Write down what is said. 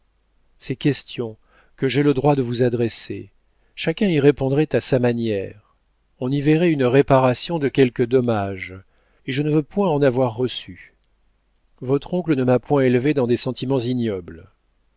ces questions que j'ai le droit de vous adresser chacun y répondrait à sa manière on y verrait une réparation de quelque dommage et je ne veux point en avoir reçu votre oncle ne m'a point élevée dans des sentiments ignobles